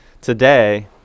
today